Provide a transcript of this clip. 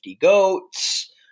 goats